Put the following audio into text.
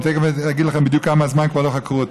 תכף אגיד לכם בדיוק כמה זמן כבר לא חקרו אותו.